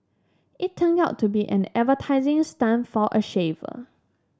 it turned out to be an advertising stunt for a shaver